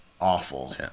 awful